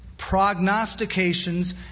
prognostications